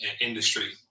industry